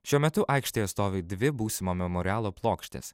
šiuo metu aikštėje stovi dvi būsimo memorialo plokštės